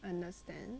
understand